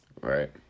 right